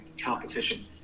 competition